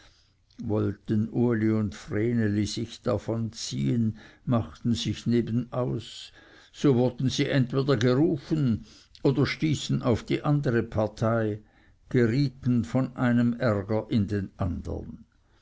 wollten uli oder vreneli sich davonziehen machten sich nebenaus so wurden sie entweder gerufen oder stießen auf die andere partei gerieten von einem ärger in den andern